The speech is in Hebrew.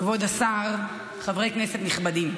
כבוד השר, חברי כנסת נכבדים,